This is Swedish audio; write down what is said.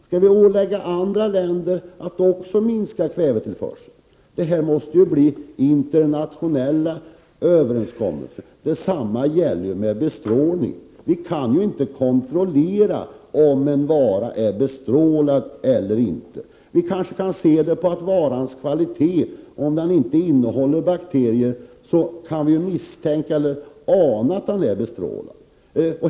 Skall vi ålägga andra länder att också minska kvävetillförseln? Här måste internationella överenskommelser komma till stånd. Detsamma gäller bestrålningen. Vi kan inte kontrollera om en vara är 30 november 1988 bestrålad eller inte. Det framgår kanske av varans kvalitet. Om varan inte innehåller bakterier, kan man misstänka att den är bestrålad.